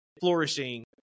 flourishing